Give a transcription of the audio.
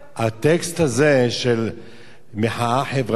הטקסט הזה של מחאה חברתית,